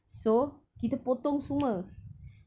so kita potong semua